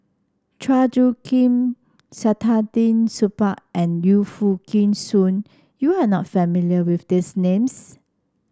Chua Soo Khim Saktiandi Supaat and Yu Foo Yee Shoon you are not familiar with these names